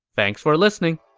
thanks for listening!